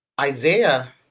Isaiah